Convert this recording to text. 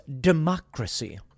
democracy